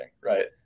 right